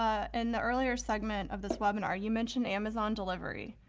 um in the earlier segment of this webinar you mentioned amazon delivery.